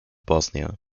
bosnia